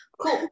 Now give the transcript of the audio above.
Cool